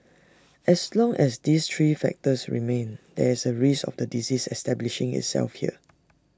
as long as these three factors remain there is A risk of the disease establishing itself here